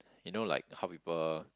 you know like how people